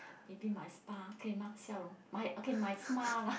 maybe my spa 可以吗笑容 okay my smile lah